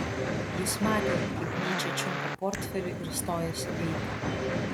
jis matė kaip nyčė čiumpa portfelį ir stojasi eiti